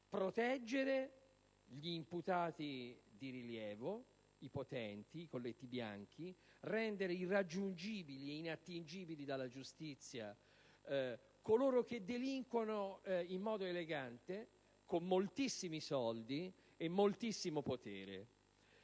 proteggere gli imputati di rilievo, i potenti, i colletti bianchi, rendendo irraggiungibili e inattingibili dalla giustizia coloro che delinquono in modo elegante, con moltissimi soldi e moltissimo potere.